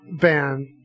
ban